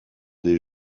des